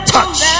Touch